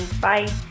Bye